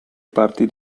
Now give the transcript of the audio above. parti